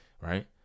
right